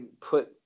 put